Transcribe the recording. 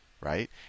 right